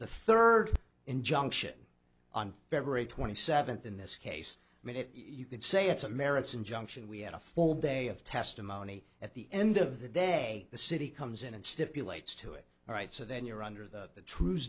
the third injunction on february twenty seventh in this case i mean if you could say it's a merits injunction we had a full day of testimony at the end of the day the city comes in and stipulates to it all right so then you're under the tru